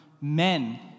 men